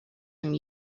some